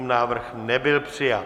Návrh nebyl přijat.